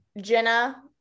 jenna